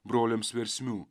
broliams versmių